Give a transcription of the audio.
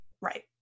Right